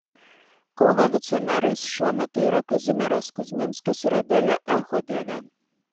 kauno vicemerais šiuo metu yra kazimieras kuzminskas ir adelė echodienė